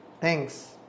Thanks